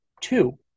Two